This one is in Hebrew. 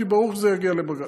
כי ברור שזה יגיע לבג"ץ.